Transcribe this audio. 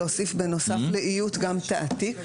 בנוסף לאיות להוסיף גם תעתיק,